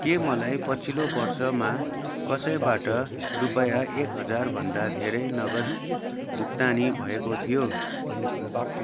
के मलाई पछिल्लो वर्षमा कसैबाट रुपैयाँ एक हजार भन्दा धेरै नगद भुक्तानी भएको थियो